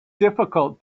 difficult